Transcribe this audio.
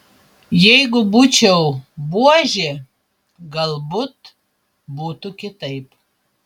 jeigu būčiau buožė galbūt būtų kitaip